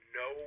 no